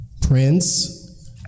Prince